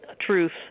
truth